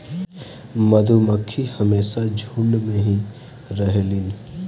मधुमक्खी हमेशा झुण्ड में ही रहेलीन